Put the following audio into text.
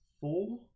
four